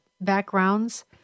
backgrounds